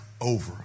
over